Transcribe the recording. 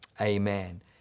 Amen